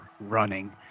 running